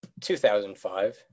2005